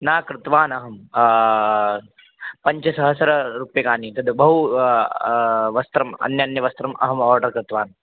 न कृतवानहं पञ्चसहस्ररूप्यकाणि तद् बहूनि वस्त्राणि अन्यम् अन्यं वस्त्रम् अहम् ओर्डर् कृतवान्